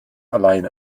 allein